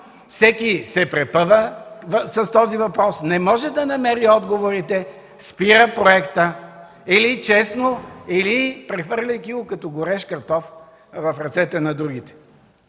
Всеки се препъва с този въпрос. Не може да намери отговорите – спира проекта, или честно, или прехвърляйки го като горещ картоф в ръцете на другите.